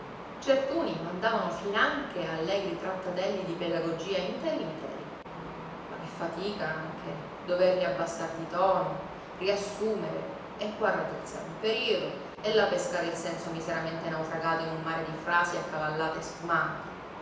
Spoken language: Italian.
certuni mandavano finanche allegri trattatelli di pedagogia interi interi ma che fatica anche doverli abbassar di tono riassumere e qua raddrizzare un periodo e là pescare il senso miseramente naufragato in un mare di frasi accavallate e spumanti